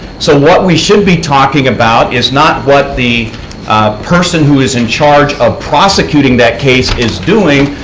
so what we should be talking about is not what the person who is in charge of prosecuting that case is doing,